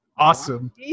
awesome